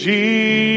Jesus